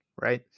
right